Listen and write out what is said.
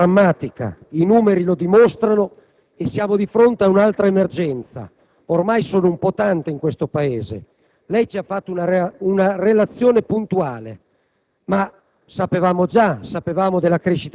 Caro Sottosegretario, la situazione è drammatica, i numeri lo dimostrano. Siamo di fronte ad un'altra emergenza: ormai sono un po' troppe, in questo Paese. Lei ha fatto una relazione puntuale,